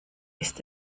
ist